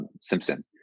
Simpson